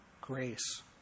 Grace